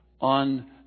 on